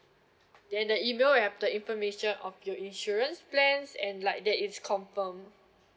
then the email have the information of your insurance plans and like that is confirm